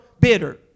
bitter